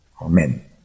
Amen